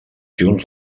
junts